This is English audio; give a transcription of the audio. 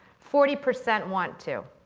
forty percent want to.